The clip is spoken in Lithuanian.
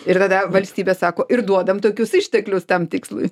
ir tada valstybė sako ir duodam tokius išteklius tam tikslui